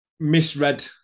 misread